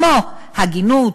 כמו הגינות,